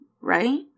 right